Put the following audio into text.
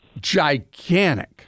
gigantic